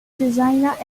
designer